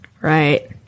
right